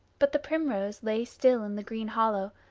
but the primrose lay still in the green hollow,